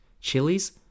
chilies